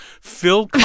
Phil